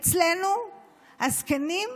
אצלנו הזקנים,